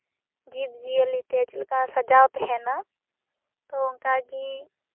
ᱡᱤᱵᱼᱡᱤᱭᱟᱹᱞᱤ ᱛᱮ ᱪᱮᱫ ᱞᱮᱠᱟ ᱥᱟᱡᱟᱣ ᱛᱟᱦᱮᱸᱱᱟ ᱛᱚ ᱚᱱᱠᱟ ᱜᱤ